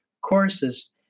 courses